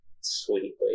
sweet